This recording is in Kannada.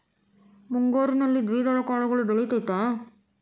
ಮುಂಗಾರಿನಲ್ಲಿ ದ್ವಿದಳ ಕಾಳುಗಳು ಬೆಳೆತೈತಾ?